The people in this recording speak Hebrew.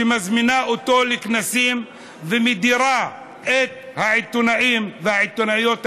שמזמינה אותו לכנסים ומדירה את העיתונאים והעיתונאיות הערבים,